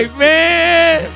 man